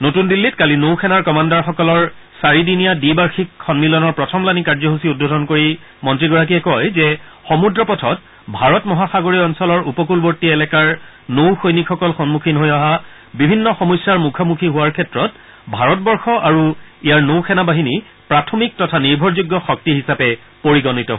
নতুন দিল্লীত কালি নৌ সেনাৰ কমাণ্ডাৰসকলৰ চাৰি দিনীা দ্বিবাৰ্যিক সন্মিলনৰ প্ৰথমলানি কাৰ্যসূচী উদ্বোধন কৰি মন্ত্ৰীগৰাকীয়ে কয় যে সমূদ্ৰপথত ভাৰত মহাসাগৰীয় অঞ্চলৰ উপকূলৰৰ্তী এলেকাৰ নৌ সৈনিকসকল সন্মুখীন হৈ অহা বিভিন্ন সমস্যাৰ মুখামুখি হোৱাৰ ক্ষেত্ৰত ভাৰতবৰ্ষ আৰু ইয়াৰ নৌ সেনাবাহিনী প্ৰাথমিক তথা নিৰ্ভৰযোগ্য শক্তি হিচাপে পৰিগণিত হৈছে